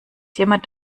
jemand